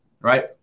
right